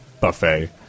buffet